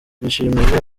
bishimiye